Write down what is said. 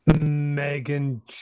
Megan